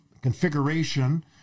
configuration